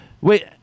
Wait